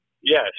Yes